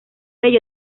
ello